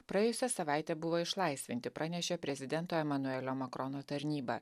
praėjusią savaitę buvo išlaisvinti pranešė prezidento emanuelio makrono tarnyba